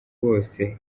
bose